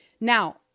Now